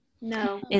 No